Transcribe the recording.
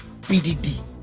PDD